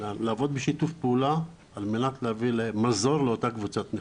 ולעבוד בשיתוף פעולה על מנת להביא למזור לאותה קבוצת נכים.